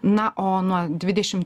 na o nuo dvidešim